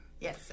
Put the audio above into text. Yes